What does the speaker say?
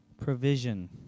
provision